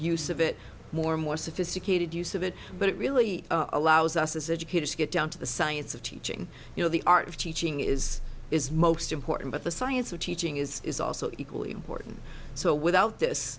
use of it more and more sophisticated use of it but it really allows us to get down to the science of teaching you know the art of teaching is is most important but the science of teaching is is also equally important so without this